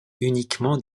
uniquement